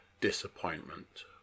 disappointment